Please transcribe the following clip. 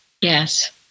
Yes